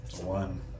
one